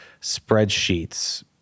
spreadsheets